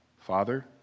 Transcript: Father